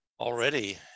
already